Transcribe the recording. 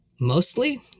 Mostly